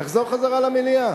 תחזור למליאה.